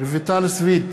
רויטל סויד,